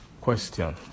question